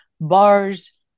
Bars